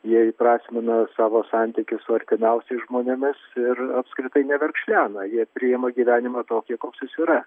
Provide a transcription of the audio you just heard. jie įprasmina savo santykius su artimiausiais žmonėmis ir apskritai neverkšlena jie priima gyvenimą tokį koks jis yra